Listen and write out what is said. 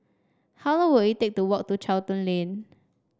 how long will it take to walk to Charlton Lane